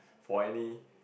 for any